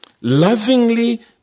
lovingly